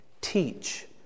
teach